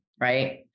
right